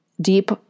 deep